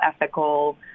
ethical